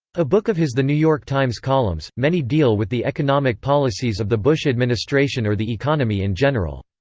a book of his the new york times columns, many deal with the economic policies of the bush administration or the economy in general.